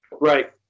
Right